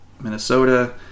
Minnesota